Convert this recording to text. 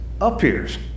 appears